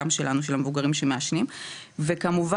גם של המבוגרים שמעשנים וכמובן,